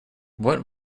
what